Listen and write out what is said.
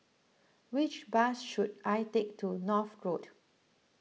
which bus should I take to North Road